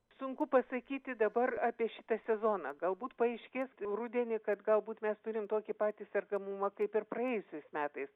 sunku pasakyti dabar apie šitą sezoną galbūt paaiškės rudenį kad galbūt mes turim tokį patį sergamumą kaip ir praėjusiais metais